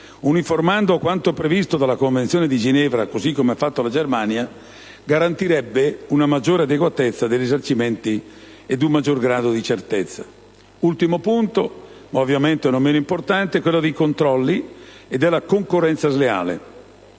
uniformandolo a quanto previsto dalla Convenzione di Ginevra, così come ha fatto la Germania, garantirebbe una maggiore adeguatezza dei risarcimenti ed un maggior grado di certezza. Ultimo punto, ma ovviamente non meno importante, quello dei controlli e della concorrenza sleale.